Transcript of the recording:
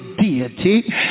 deity